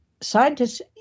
scientists